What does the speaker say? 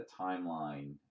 timeline